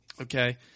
Okay